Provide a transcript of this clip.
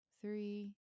three